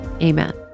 amen